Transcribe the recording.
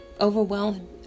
Overwhelm